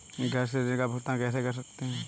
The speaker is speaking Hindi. घर से ऋण का भुगतान कैसे कर सकते हैं?